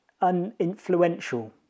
uninfluential